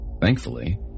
Thankfully